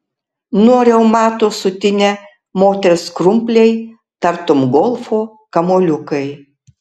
nuo reumato sutinę moters krumpliai tartum golfo kamuoliukai